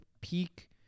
peak